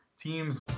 teams